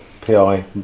PI